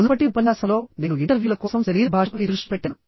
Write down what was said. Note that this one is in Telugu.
మునుపటి ఉపన్యాసంలో నేను ఇంటర్వ్యూల కోసం శరీర భాషపై దృష్టి పెట్టాను